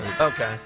Okay